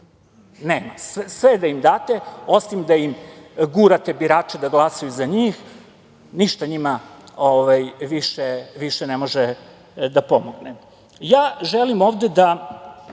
Nema. Sve da im date, osim da im gurate birače da glasaju za njih, ništa njima više ne može da pomogne. Ja želim ovde da